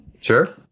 Sure